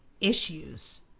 issues